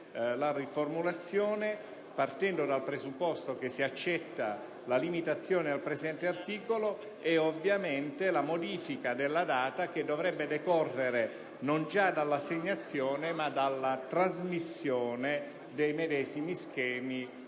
la riformulazione, partendo dal presupposto che si accetta la limitazione al presente articolo e ovviamente la modifica della data che dovrebbe decorrere non già dall'assegnazione, ma dalla trasmissione degli schemi